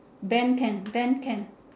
bend can bend can